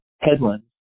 headland